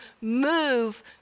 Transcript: move